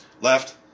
left